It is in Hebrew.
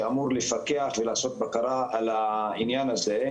שאמור לפקח ולעשות בקרה על העניין הזה.